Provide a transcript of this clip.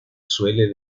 suele